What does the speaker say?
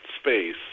space